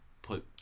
put